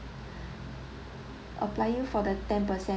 applying for the ten percent